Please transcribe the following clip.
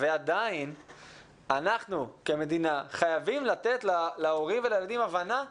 ועדיין אנחנו כמדינה חייבים לתת להורים ולילדים הבנה.